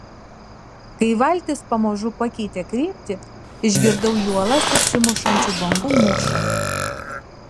kai valtis pamažu pakeitė kryptį išgirdau į uolas atsimušančių bangų mūšą